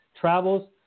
travels